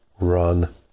Run